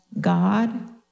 God